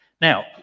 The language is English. Now